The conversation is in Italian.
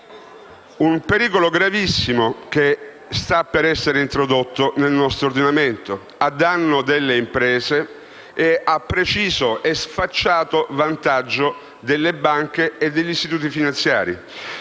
un pericolo gravissimo che sta per essere introdotto nel nostro ordinamento a danno delle imprese e a preciso e sfacciato vantaggio delle banche e degli istituti finanziari.